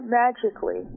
magically